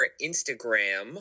Instagram